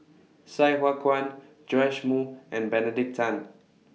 Sai Hua Kuan Joash Moo and Benedict Tan